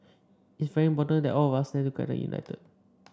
it's very important that all of us stand together united